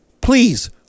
Please